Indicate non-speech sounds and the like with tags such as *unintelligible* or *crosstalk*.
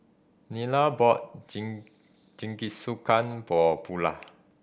Nila bought *unintelligible* Jingisukan for Bula